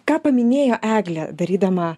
ką paminėjo eglė darydama